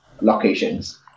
locations